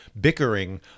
bickering